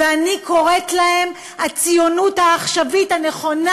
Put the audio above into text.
ואני קוראת להם הציונות העכשווית הנכונה,